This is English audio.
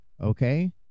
Okay